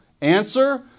Answer